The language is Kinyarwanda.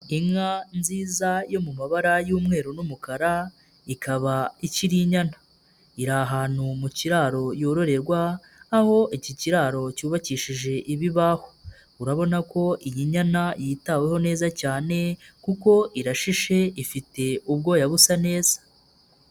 Inka nziza yo mu mabara y'umweru n'umukara, ikaba ikiri inyana, iri ahantu mu kiraro yororerwa, aho iki kiraro cyubakishije ibibaho, urabona ko iyi nyana yitaweho neza cyane kuko irashishe, ifite ubwoya busa neza.